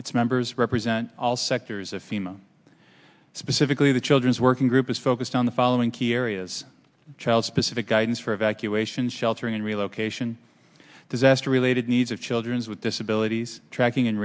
its members represent all sectors of fema specifically the children's working group is focused on the following key areas child specific guidance for evacuation shelter and relocation disaster related needs of children with disabilities tracking